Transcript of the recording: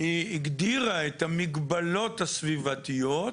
היא הגדירה את המגבלות הסביבתיות,